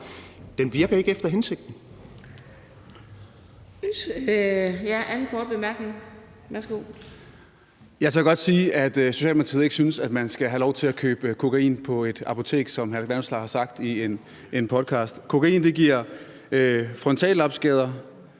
Bjørn Brandenborg (S): Jeg tør godt sige, at Socialdemokratiet ikke synes, at man skal have lov til at købe kokain på et apotek, som hr. Alex Vanopslagh har sagt i en podcast. Kokain giver frontallapskader,